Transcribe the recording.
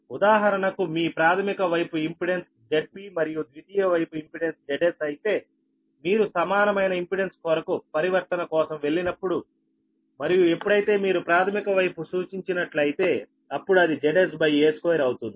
ఉదాహరణకు మీ ప్రాథమిక వైపు ఇంపెడెన్స్ Zp మరియు ద్వితీయ వైపు ఇంపెడెన్స్ Zs అయితే మీరు సమానమైన ఇంపెడెన్స్ కొరకు పరివర్తన కోసం వెళ్ళినప్పుడు మరియు ఎప్పుడైతే మీరు ప్రాథమిక వైపు సూచించినట్లు అయితే అప్పుడు అది Zs a2అవుతుంది